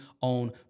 on